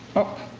up